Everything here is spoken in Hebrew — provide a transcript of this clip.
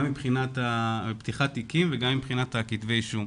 גם מבחינת פתיחת התיקים וגם מבחינת כתבי האישום.